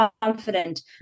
confident